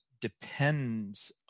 depends